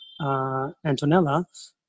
Antonella